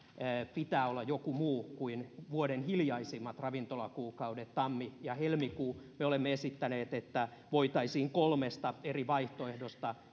pitää olla joku muu kuin vuoden hiljaisimmat ravintolakuukaudet tammi ja helmikuu me olemme esittäneet että yritykset ravintolat voisivat valita kolmesta eri vaihtoehdosta